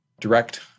direct